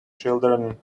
children